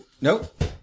Nope